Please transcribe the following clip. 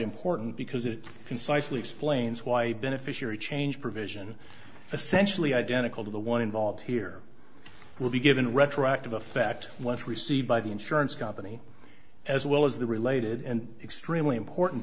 important because it concisely explains why a beneficiary change provision essentially identical to the one involved here will be given retroactive effect once received by the insurance company as well as the related and extremely important